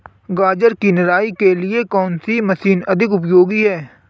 गाजर की निराई के लिए कौन सी मशीन अधिक उपयोगी है?